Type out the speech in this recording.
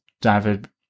David